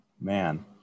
man